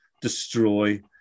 destroy